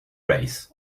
race